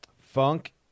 Funk